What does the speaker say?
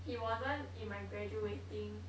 he wasn't in my graduating